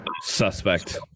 suspect